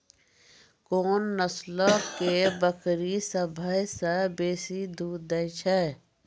कोन नस्लो के बकरी सभ्भे से बेसी दूध दै छै?